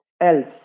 Else